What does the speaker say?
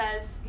says